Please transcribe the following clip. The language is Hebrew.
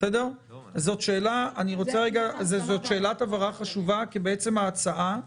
זאת שאלת הבהרה חשובה, כי ההצעה,